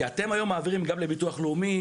כי אתם היום מעבירים גם לביטוח לאומי,